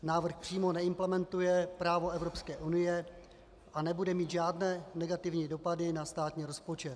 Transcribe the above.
Návrh přímo neimplementuje právo Evropské unie a nebude mít žádné negativní dopady na státní rozpočet.